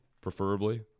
preferably